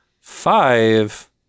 five